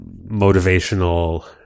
motivational